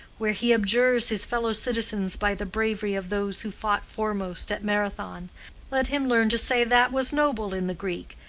where he abjures his fellow-citizens by the bravery of those who fought foremost at marathon let him learn to say that was noble in the greek,